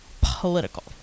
political